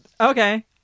okay